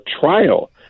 trial